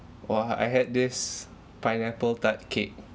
!wah! I had this pineapple tart cake